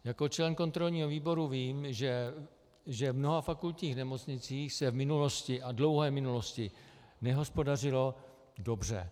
Jako člen kontrolního výboru vím, že v mnoha fakultních nemocnicích se v minulosti, a dlouhé minulosti, nehospodařilo dobře.